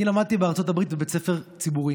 אני למדתי בארצות הברית בבית ספר ציבורי,